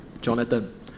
Jonathan